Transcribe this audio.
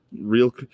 Real